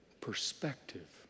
perspective